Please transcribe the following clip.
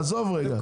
עזוב רגע.